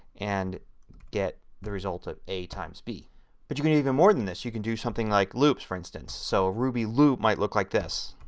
and get the result of a b. but you can do even more than this. you can do something like loops for instance. so ruby loop might look like this.